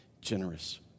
generous